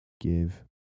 Give